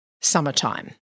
Summertime